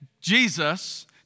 Jesus